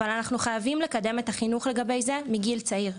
אבל אנחנו חייבים לקדם את החינוך לזה מגיל צעיר,